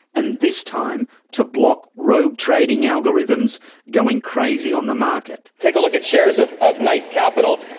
and this time, to block rogue trading algorithms going crazy on the market. take a look at shares of of knight capital.